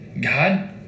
God